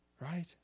Right